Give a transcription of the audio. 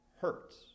hurts